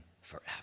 forever